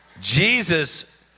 Jesus